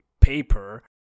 paper